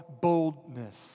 boldness